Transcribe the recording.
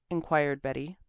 inquired betty.